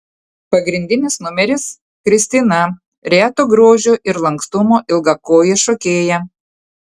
pagrindinis numeris kristina reto grožio ir lankstumo ilgakojė šokėja